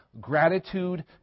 gratitude